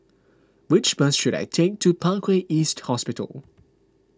which bus should I take to Parkway East Hospital